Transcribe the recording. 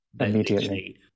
immediately